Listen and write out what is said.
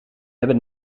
hebben